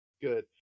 good